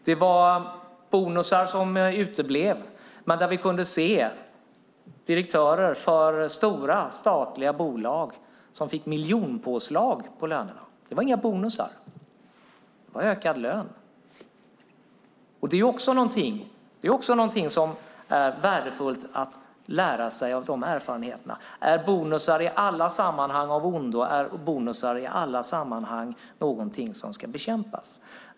Det var bonusar som uteblev, men vi kunde se direktörer för stora statliga bolag som fick miljonpåslag på lönerna. Det var inga bonusar. Det var ökad lön. Det är också någonting värdefullt att lära sig av dessa erfarenheter. Är bonusar i alla sammanhang av ondo? Är bonusar i alla sammanhang någonting som ska bekämpas?